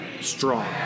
strong